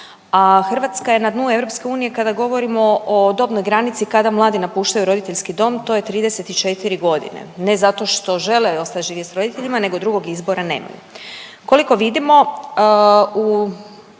a Hrvatska je na dnu EU kada govorimo o dobnoj granici kada mladi napuštaju roditeljski dom, to je 34 godine. Ne zato što žele ostati živjeti s roditeljima nego drugog izbora nemaju.